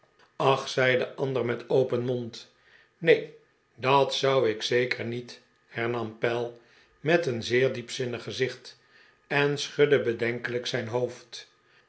ach zei de ander met open mond neen dat zou ik zeker niet hemam pell met een zeer diepzinnig gezicht en schudde bedenkelijk zijn hoofd